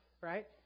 right